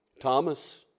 Thomas